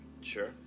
Sure